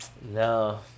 No